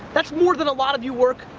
that's more than a lot of you work,